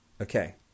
Okay